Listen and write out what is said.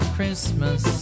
Christmas